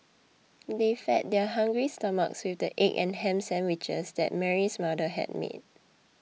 they fed their hungry stomachs with the egg and ham sandwiches that Mary's mother had made